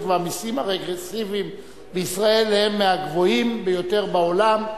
והמסים הרגרסיביים בישראל הם מהגבוהים ביותר בעולם.